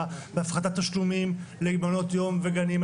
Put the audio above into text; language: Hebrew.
בהפחתת תשלומים למעונות יום וגנים.